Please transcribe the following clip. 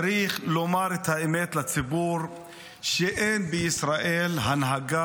צריך לומר לציבור את האמת, שאין בישראל הנהגה